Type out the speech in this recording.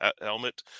helmet